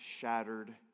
Shattered